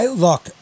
Look